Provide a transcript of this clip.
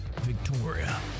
Victoria